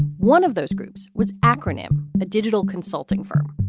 one of those groups was acronym, a digital consulting firm,